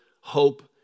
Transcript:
Hope